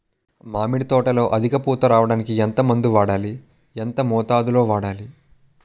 మామిడి తోటలో అధిక పూత రావడానికి ఎంత మందు వాడాలి? ఎంత మోతాదు లో వాడాలి?